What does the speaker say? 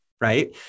right